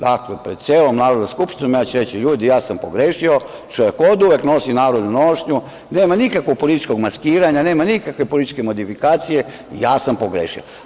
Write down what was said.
Ja ću pred celom Narodnom skupštinom reći - ljudi, ja sam pogrešio, čovek oduvek nosi narodnu nošnju, nema nikakvog političkog maskiranja, nema nikakve političke modifikacije, ja sam pogrešio.